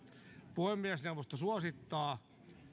puhemiesneuvosto suosittaa